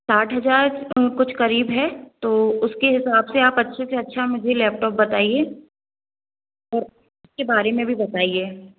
साठ हज़ार कुछ करीब है तो उसके हिसाब से आप अच्छे से अच्छा मुझे लैपटॉप बताइए और उसके बारे में भी बताइए